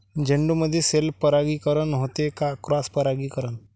झेंडूमंदी सेल्फ परागीकरन होते का क्रॉस परागीकरन?